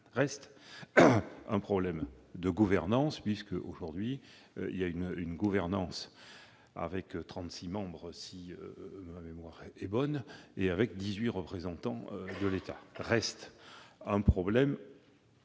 reste un problème de gouvernance. Aujourd'hui, il y a une gouvernance avec 36 membres, si ma mémoire est bonne, dont 18 représentants de l'État. Il subsiste un problème